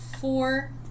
four